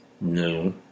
No